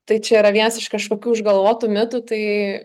tai čia yra vienas iš kažkokių išgalvotų mitų tai